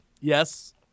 Yes